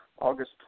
August